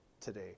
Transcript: today